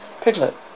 Piglet